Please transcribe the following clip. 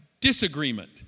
disagreement